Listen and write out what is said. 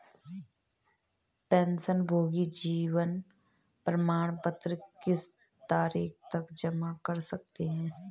पेंशनभोगी जीवन प्रमाण पत्र किस तारीख तक जमा कर सकते हैं?